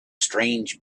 strange